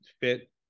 fit